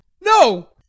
No